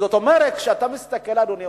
זאת אומרת, כשאתה מסתכל, אדוני היושב-ראש,